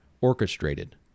orchestrated